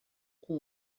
com